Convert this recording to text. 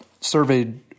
surveyed